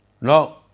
No